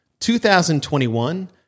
2021